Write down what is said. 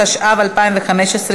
התשע"ו 2015,